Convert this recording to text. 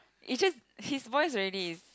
is just his voice really is